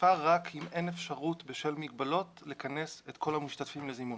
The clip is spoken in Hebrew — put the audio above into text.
תקפה רק אם אין אפשרות בשל מגבלות לכנס את כל המשתתפים לזימון.